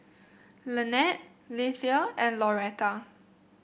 Lanette Lethia and Lauretta